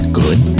good